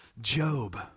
Job